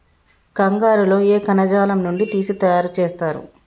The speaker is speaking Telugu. కంగారు లో ఏ కణజాలం నుండి తీసి తయారు చేస్తారు?